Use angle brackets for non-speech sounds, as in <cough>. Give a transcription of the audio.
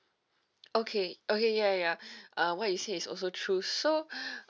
okay okay ya ya uh what you say is also true so <breath>